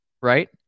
right